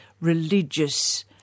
religious